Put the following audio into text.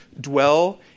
dwell